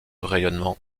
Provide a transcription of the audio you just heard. rayonnement